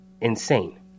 insane